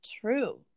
true